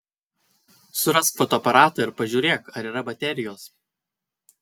surask fotoaparatą ir pažiūrėk ar yra baterijos